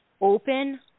open